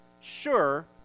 sure